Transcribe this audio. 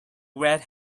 red